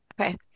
Okay